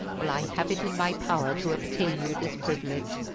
well, i have it in my power to obtain you this privilege.